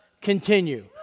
continue